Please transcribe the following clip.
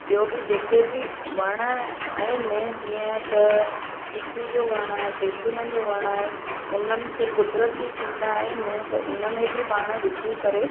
ॿियों बि जेके बि वण आहिनि जीअं त चीकू जो वण आहे जैतूननि जो वण आहे उन्हनि खे क़ुदिरती थींदा आहिनि त उन में बि पाण विझी करे